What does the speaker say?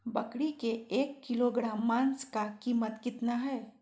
बकरी के एक किलोग्राम मांस का कीमत कितना है?